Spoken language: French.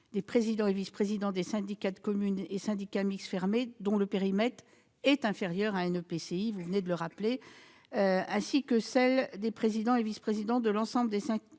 des présidents et vice-présidents des syndicats de communes et syndicats mixtes fermés dont le périmètre est inférieur à celui d'un EPCI à fiscalité propre, ainsi que celles des présidents et vice-présidents de l'ensemble des syndicats